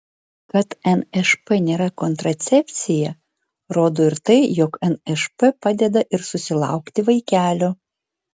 kad nšp nėra kontracepcija rodo ir tai jog nšp padeda ir susilaukti vaikelio